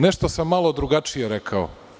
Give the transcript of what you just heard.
Nešto sam malo drugačije rekao.